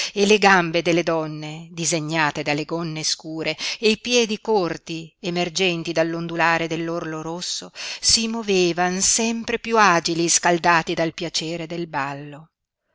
e le gambe delle donne disegnate dalle gonne scure e i piedi corti emergenti dall'ondulare dell'orlo rosso si movevan sempre piú agili scaldati dal piacere del ballo